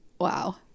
Wow